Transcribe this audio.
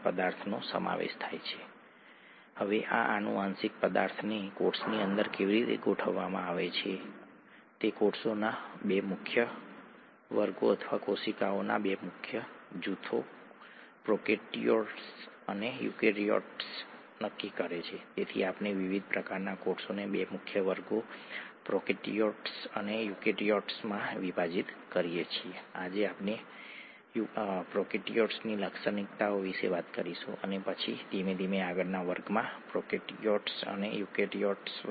2 metre લાંબો DNA કોઈક રીતે બીજકમાં ભરેલો હોય છે જે સબ માઇક્રોસ્કોપિક સબ માઇક્રોન સાઇઝનો હોય છે ઠીક છે આપણે જે કોષને જોયો તે બેક્ટેરિયા યુકેરિયોટિક સેલમાં હતો જે લાક્ષણિક કદનો હોય છે તે 10 માઇક્રોન છે બરાબર